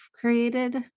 created